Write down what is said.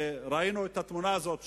כשראינו את התמונה הזאת,